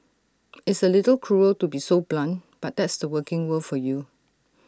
it's A little cruel to be so blunt but that's the working world for you